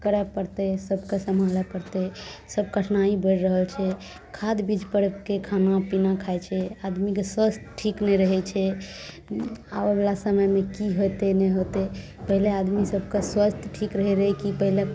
करै पड़तै सभके सम्हाले पड़तै सब कठिनाइ बढ़ि रहल छै खाद बीजपर एतेक खानापिना खाइ छै आदमीके स्वास्थ्य ठीक नहि रहै छै आओर आबैवला समयमे कि होतै नहि होतै पहिले आदमी सभके स्वास्थ्य ठीक रहै रहै कि पहिले